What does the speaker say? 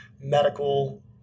medical